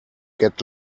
get